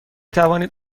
توانید